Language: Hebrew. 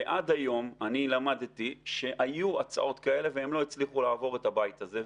ועד היום אני למדתי שהיו הצעות כאלה והן לא הצליחו לעבור את הבית הזה.